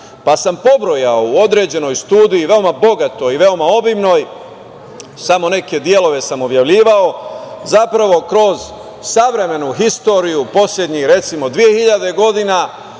pa sam pobrojao u određenoj studiji veoma bogatoj i veoma obimnoj, samo neke delove sam objavljivao, zapravo kroz savremenu istoriju poslednjih 2.000 godina,